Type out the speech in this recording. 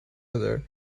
other